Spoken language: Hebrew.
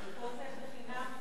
אבל פה זה בחינם,